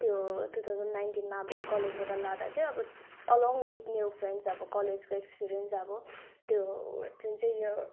त्यो two thousand नाइन्टिनमा अब कलेजबाट लाँदा चाहिँ अब अलोङ विथ न्यु फ्रेन्डस अब कलेजको एक्सपिरियन्स अब त्यो जुन चाहिँ यो